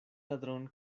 ladrón